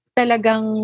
talagang